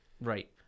right